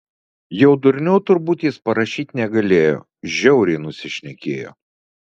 jau durniau turbūt jis parašyt negalėjo žiauriai nusišnekėjo